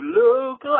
look